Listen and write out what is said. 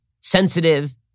sensitive